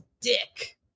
dick